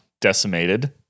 decimated